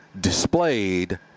displayed